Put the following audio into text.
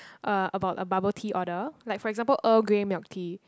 uh about a bubble tea order like for example Earl Grey milk tea